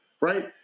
right